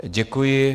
Děkuji.